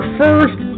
first